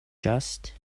just